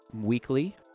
weekly